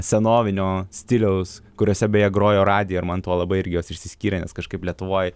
senovinio stiliaus kuriose beje grojo radija ir man tuo labai irgi jos išsiskyrė nes kažkaip lietuvoj